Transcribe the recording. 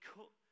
cut